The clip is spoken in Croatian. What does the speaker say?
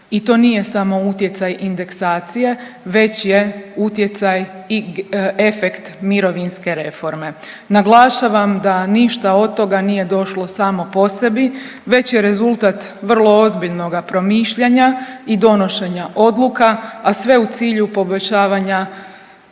i to nije samo utjecaj indeksacije već je utjecaj i efekt mirovinske reforme. Naglašavam da ništa od toga nije došlo samo po sebi već je rezultat vrlo ozbiljnoga promišljanja i donošenja odluka, a sve u cilju poboljšavanja